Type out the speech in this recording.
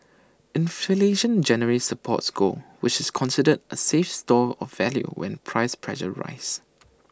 inflation generally supports gold which is considered A safe store of value when price pressures rise